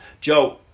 Joe